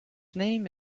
name